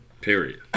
Period